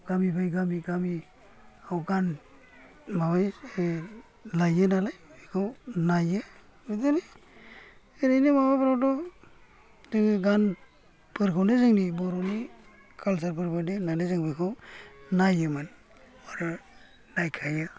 गामि बाय गामि गामि आव गान माबायो लाइयो नालाय बेखौ नायो बिदिनो ओरैनो माबाफ्रावथ' जोङो गान फोरखौनो जोंनि बर'नि कालसारफोर बादि होननानै जों बेखौ नायोमोन आरो नायखायो